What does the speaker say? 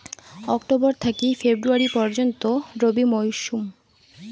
October থাকি February পর্যন্ত রবি মৌসুম